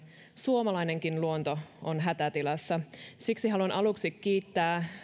suomalainenkin luonto on hätätilassa siksi haluan aluksi kiittää